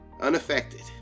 unaffected